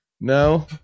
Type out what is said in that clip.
No